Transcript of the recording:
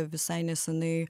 visai neseniai